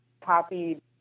copied